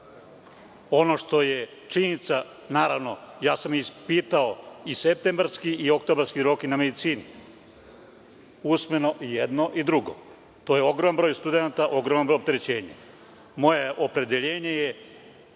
što je činjenica, naravno, ja sam ispitao i septembarski i oktobarski rok i na medicini, usmeno i jedno i drugo. To je ogroman broj studenata, ogromno opterećenje. Moje opredeljenje je